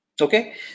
Okay